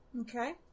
Okay